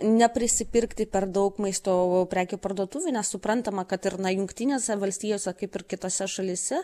neprisipirkti per daug maisto prekių parduotuvėj nes suprantama kad na ir jungtinėse valstijose kaip ir kitose šalyse